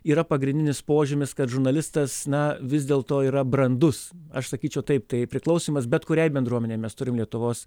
yra pagrindinis požymis kad žurnalistas na vis dėlto yra brandus aš sakyčiau taip tai priklausymas bet kuriai bendruomenei mes turim lietuvos